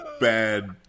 bad